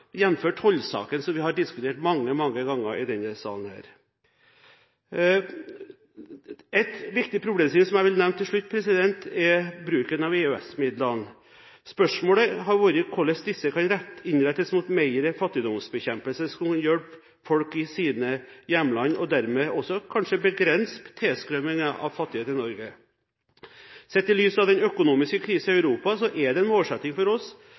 tollsaken, som vi har diskutert mange, mange ganger i denne salen. En viktig problemstilling som jeg vil nevne til slutt, er bruken av EØS-midlene. Spørsmålet har vært hvordan disse kan innrettes mer mot fattigdomsbekjempelse, slik at en kan hjelpe folk i deres hjemland og dermed også kanskje begrense tilstrømningen av fattige til Norge. Sett i lys av den økonomiske krisen i Europa er det en målsetting for oss